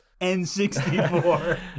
N64